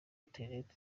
internet